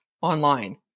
online